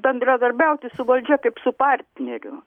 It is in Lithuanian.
bendradarbiauti su valdžia kaip su partneriu